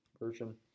version